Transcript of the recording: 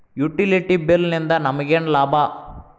Utility bill ನಿಂದ್ ನಮಗೇನ ಲಾಭಾ?